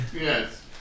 Yes